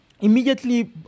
immediately